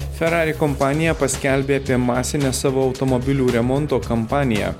ferrari kompanija paskelbė apie masinę savo automobilių remonto kampaniją